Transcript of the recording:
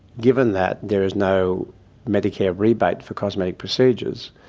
given that there is no medicare rebate for cosmetic procedures,